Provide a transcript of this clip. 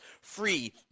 free